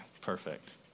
perfect